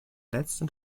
letzten